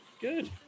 good